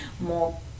more